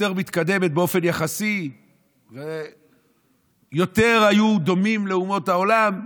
יותר מתקדמת באופן יחסי ויותר היו דומים שם לאומות העולם,